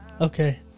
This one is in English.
Okay